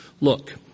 look